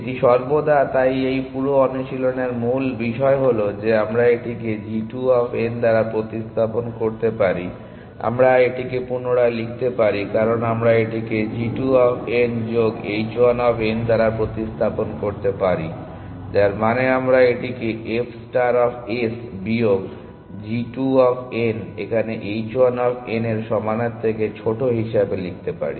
এটি সর্বদা তাই এই পুরো অনুশীলনের মূল বিষয় হল যে আমরা এটিকে g 2 অফ n দ্বারা প্রতিস্থাপন করতে পারি আমরা এটিকে পুনরায় লিখতে পারি কারণ আমরা এটিকে g 2 অফ n যোগ h 1 অফ n দ্বারা প্রতিস্থাপন করতে পারি যার মানে আমরা এটিকে f ষ্টার অফ s বিয়োগ g 2 অফ n এখানে h 1 অফ n এর সমানের থেকে ছোট হিসাবে লিখতে পারি